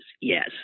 yes